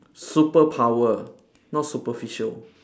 superpower not superficial